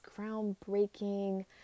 Groundbreaking